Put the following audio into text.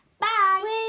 Bye